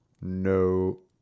No